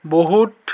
বহুত